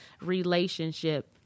relationship